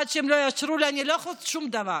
עד שהם לא יאשרו לי אני לא יכולה לעשות שום דבר.